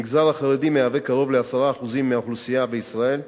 המגזר החרדי מהווה קרוב ל-10% מהאוכלוסייה בישראל,